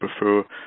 prefer